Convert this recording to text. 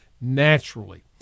naturally